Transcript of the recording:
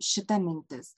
šita mintis